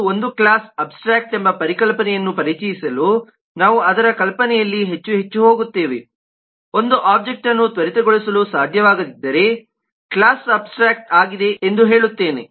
ಮತ್ತು ಒಂದು class abstract ಎಂಬ ಪರಿಕಲ್ಪನೆಯನ್ನು ಪರಿಚಯಿಸಲು ನಾವು ಅದರ ಕಲ್ಪನೆಯಲ್ಲಿ ಹೆಚ್ಚು ಹೆಚ್ಚು ಹೋಗುತ್ತೇವೆ ಒಂದು ಒಬ್ಜೆಕ್ಟ್ಅನ್ನು ತ್ವರಿತಗೊಳಿಸಲು ಸಾಧ್ಯವಾಗದಿದ್ದರೆ ಕ್ಲಾಸ್ ಅಬ್ಸ್ಟ್ರ್ಯಾಕ್ಟ್ ಆಗಿದೆ ಎಂದು ಹೇಳುತ್ತೇನೆ